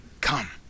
come